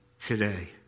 today